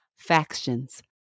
factions